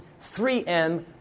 3M